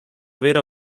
vera